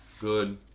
good